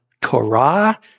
Torah